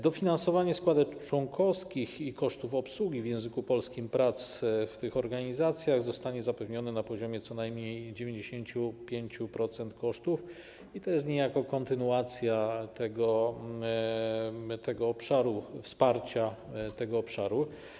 Dofinansowanie składek członkowskich i kosztów obsługi w języku polskim prac w tych organizacjach zostanie zapewnione na poziomie co najmniej 95% kosztów i to jest niejako kontynuacja wsparcia tego obszaru.